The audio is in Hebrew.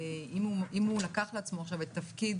אם הוא לקח לעצמו עכשיו את תפקיד